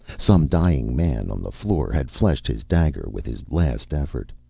some dying man on the floor had fleshed his dagger with his last effort.